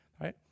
right